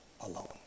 alone